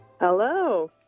Hello